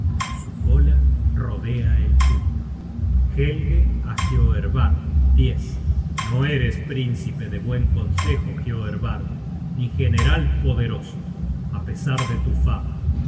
su cola rodea el puño helge á hioervard no eres príncipe de buen consejo hioervard ni general poderoso á pesar de tu fama